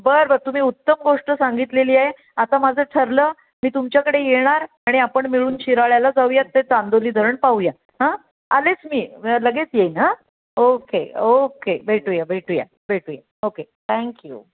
बरं बरं तुम्ही उत्तम गोष्ट सांगितलेली आहे आता माझं ठरलं मी तुमच्याकडे येणार आणि आपण मिळून शिराळ्याला जाऊया ते चांदोली धरण पाहूया हां आलेच मी लगेच येईन हं ओके ओके भेटूया भेटूया भेटूया ओके थँक्यू